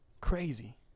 Crazy